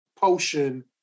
potion